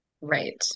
Right